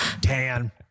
Tan